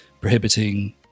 prohibiting